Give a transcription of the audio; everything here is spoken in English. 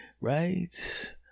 Right